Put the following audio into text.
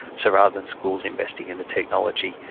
so rather than schools investing in the technology,